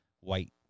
white